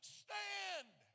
stand